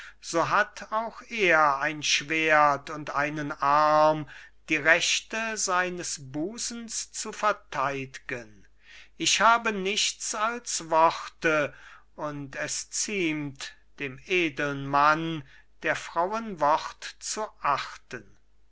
so hat auch er ein schwert und einen arm die rechte seines busens zu verteid'gen ich habe nichts als worte und es ziemt dem edeln mann der frauen wort zu achten